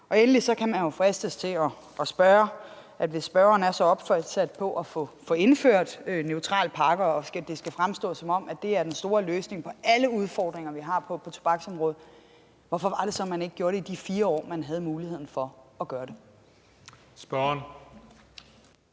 Endelig kan man jo fristes til at spørge: Hvis spørgeren er så opsat på at få indført neutrale pakker og det skal fremstå, som om det er den store løsning på alle udfordringer, vi har på tobaksområdet, hvorfor var det så, at man ikke gjorde det i løbet af de 4 år, hvor man havde muligheden for at gøre det? Kl.